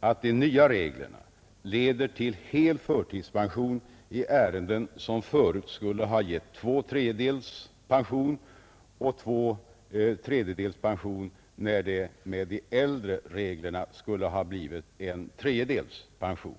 att de nya reglerna leder till hel förtidspension i ärenden, som förut skulle ha gett två tredjedels pension, och till två tredjedels pension när det med de äldre reglerna skulle ha blivit en tredjedels pension.